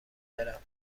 برم